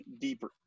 deeper